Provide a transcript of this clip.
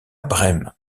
brême